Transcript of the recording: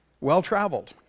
well-traveled